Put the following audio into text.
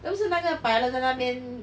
那个不是那个 pilot 在那边